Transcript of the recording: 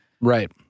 Right